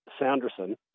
Sanderson